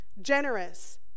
generous